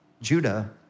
Judah